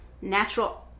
natural